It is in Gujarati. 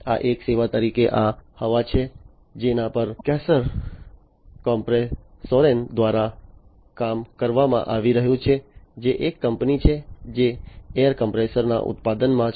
આ એક સેવા તરીકે આ હવા છે જેના પર Kaeser Kompressoren દ્વારા કામ કરવામાં આવી રહ્યું છે જે એક કંપની છે જે એર કોમ્પ્રેસરના ઉત્પાદનમાં છે